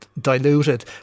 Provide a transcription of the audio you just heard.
diluted